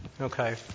Okay